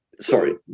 sorry